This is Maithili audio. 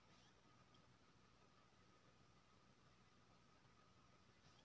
कोनो पेमेंट एप्प खोलु आ स्कैन आ पे पर क्लिक करु